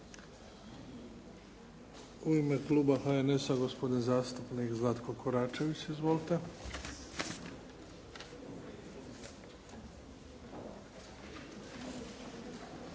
U ime Kluba HNS-a gospodin zastupnik Zlatko Koračević. Izvolite.